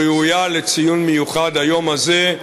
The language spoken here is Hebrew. ראויה לציון מיוחד ביום הזה,